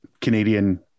Canadian